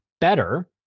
better